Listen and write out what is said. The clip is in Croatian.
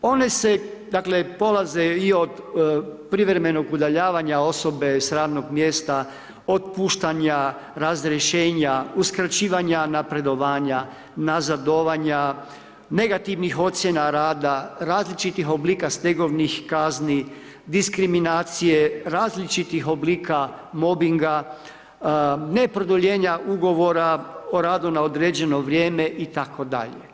One se, dakle polaze i od privremenog udaljavanja osobe sa radnog mjesta, otpuštanja, razrješenja, uskraćivanja napredovanja, nazadovanja, negativnih ocjena rada, različitih oblika stegovnih kazni, diskriminacije, različitih oblika mobbinga, ne produljenja ugovora o radu na određeno vrijeme itd.